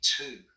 two